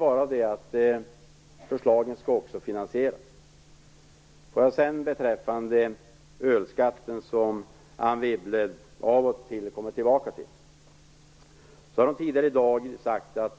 Men förslagen skall också finansieras. Jag vill sedan säga några ord om ölskatten, som Anne Wibble av och till kommer tillbaka till. Tidigare i dag har Anne Wibble